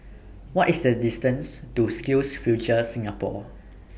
What IS The distance to SkillsFuture Singapore